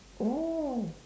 oh